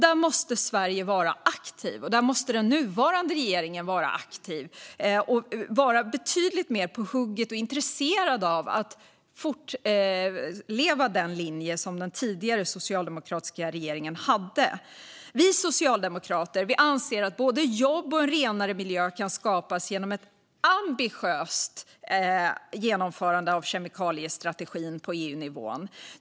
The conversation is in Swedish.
Där måste Sverige och den nuvarande regeringen vara aktiva. Det gäller att vara betydligt mer på hugget och intresserad av att driva den linje som den tidigare socialdemokratiska regeringen hade. Vi socialdemokrater anser att både jobb och en renare miljö kan skapas genom ett ambitiöst genomförande av kemikaliestrategin på EU-nivån.